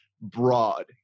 broad